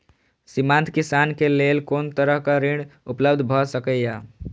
सीमांत किसान के लेल कोन तरहक ऋण उपलब्ध भ सकेया?